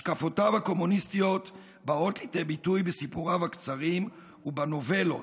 השקפותיו הקומוניסטיות באות לידי ביטוי בסיפוריו הקצרים ובנובלות,